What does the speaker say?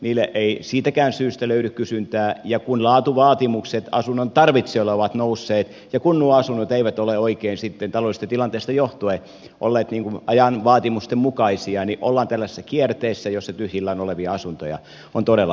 niille ei siitäkään syystä löydy kysyntää ja kun laatuvaatimukset asunnon tarvitsijoilla ovat nousseet ja kun nuo asunnot eivät ole oikein sitten taloudellisesta tilanteesta johtuen olleet ajan vaatimusten mukaisia niin ollaan tällaisessa kierteessä jossa tyhjillään olevia asuntoja on todella paljon